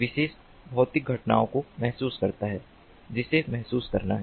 विशेष भौतिक घटनाओं को महसूस करता है जिसे महसूस करना है